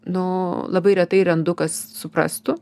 nu labai retai randu kas suprastų